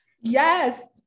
Yes